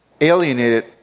Alienated